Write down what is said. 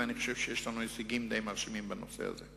ואני חושב שיש לנו הישגים די מרשימים בנושא הזה.